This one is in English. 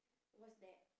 was that